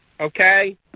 okay